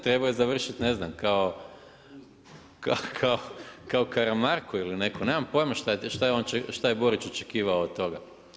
Trebao je završiti ne znam kao Karamarko ili netko, nemam pojma šta je Borić očekivao od toga.